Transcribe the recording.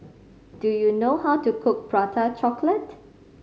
do you know how to cook Prata Chocolate